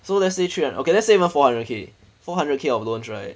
so let's say three hun~ okay let's say about four hundred K four hundred K of loans right